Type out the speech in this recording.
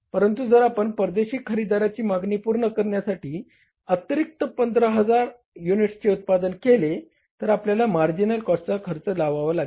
परंतु जर आपण परदेशी खरेदीदाराची मागणी पूर्ण करण्यासाठी अतिरिक्त 15000 युनिट्सचे उत्पादन केले तर आपल्याला मार्जिनल कॉस्टचा खर्च लावावा लागेल